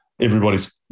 Everybody's